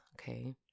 Okay